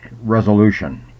resolution